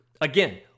Again